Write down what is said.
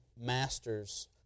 masters